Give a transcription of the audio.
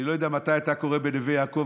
אני לא יודע מתי אתה קורא בנווה יעקב,